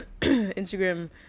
Instagram